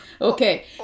Okay